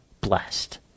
blessed